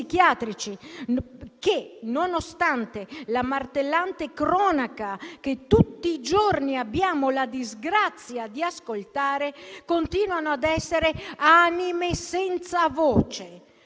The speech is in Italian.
che, nonostante la martellante cronaca che tutti i giorni abbiamo la disgrazia di ascoltare, continuano a essere anime senza voce.